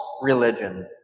religion